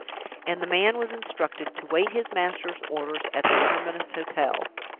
and the man was instructed to wait his master's orders at the terminus hotel.